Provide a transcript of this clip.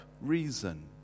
reason